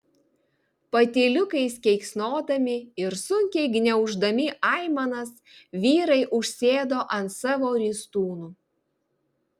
patyliukais keiksnodami ir sunkiai gniauždami aimanas vyrai užsėdo ant savo ristūnų